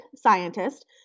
Scientist